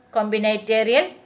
Combinatorial